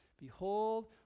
Behold